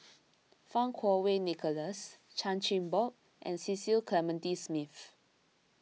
Fang Kuo Wei Nicholas Chan Chin Bock and Cecil Clementi Smith